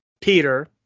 Peter